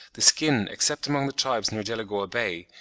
the skin, except among the tribes near delagoa bay,